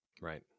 right